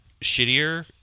shittier